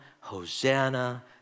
Hosanna